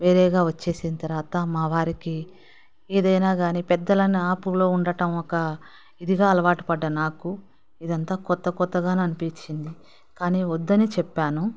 వేరేగా వచ్చేసిన తర్వాత మా వారికి ఏదైనా కాని పెద్దలు అనే ఆపులు ఉండటం ఒక ఇదిగా అలవాటు పడ్డ నాకు ఇదంతా కొత్త కొత్తగాను అనిపించింది కాని వద్దనీ చెప్పాను